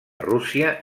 rússia